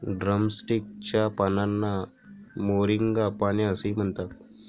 drumstick च्या पानांना moringa पाने असेही म्हणतात